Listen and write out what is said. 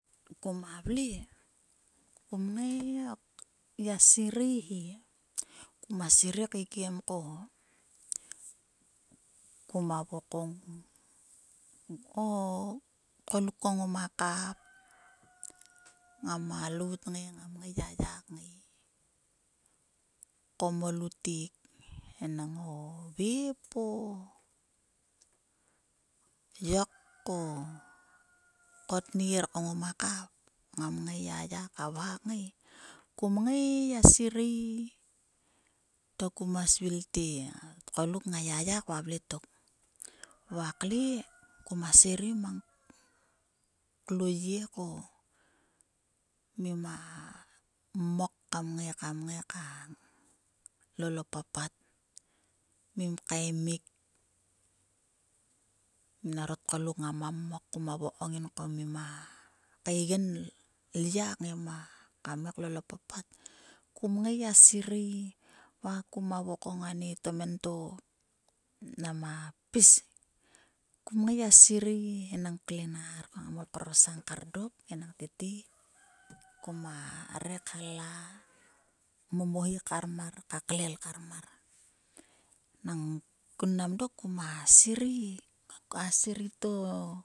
Koma vle kom ngai gia sirei he! Koma serei keikiem ko koma vokongko o tgoluk ko ngoma kap ngama ngai gia ya kngai ko mo lutek. enang o vep o. yok o, kner ko ngoma kap ngam ngai gia ya ka vha ngai. Kum ngai gia sirei to kuma sirei te o tgoluk nga ya kvavletok. Va kle kuma sivei mang klo yie ko mima mmok kam ngai ka lol o papat. mim kaimik. minaro tgoluk ngama mmok koma vokong nginko mima kaigen lya ngaima kam ngai klol o papat kum ngai gia sirei va koma vokong a ni tomento nama pis kumn ngai gia svei enang klenar ko ngam koul korosang kar dok enang tete koma ve khalla momohi kar klel kar mar. Nang kun mnam dok koma sirei! A sirei to